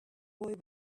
boy